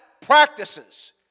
practices